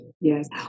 Yes